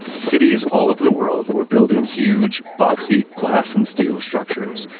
cities all over the world were building huge boxy glass and steel structures,